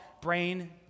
Brain